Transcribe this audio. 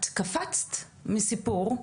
את קפצת מסיפור,